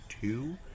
two